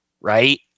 right